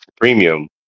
premium